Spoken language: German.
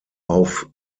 auf